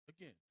Again